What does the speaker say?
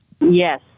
Yes